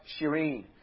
Shireen